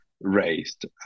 raised